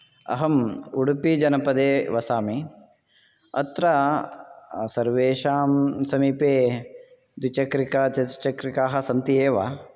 अहं उडुपीजनपदे वसामि अत्र सर्वेषां समीपे द्विचक्रिकाचतुश्चक्रिकाः सन्ति एव